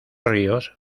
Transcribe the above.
ríos